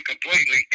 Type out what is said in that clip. completely